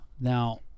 Now